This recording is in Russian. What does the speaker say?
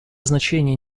значение